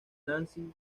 nancy